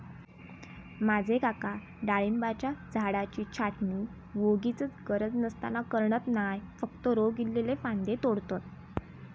माझे काका डाळिंबाच्या झाडाची छाटणी वोगीचच गरज नसताना करणत नाय, फक्त रोग इल्लले फांदये तोडतत